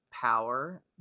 power